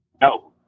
No